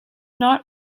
not